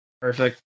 Perfect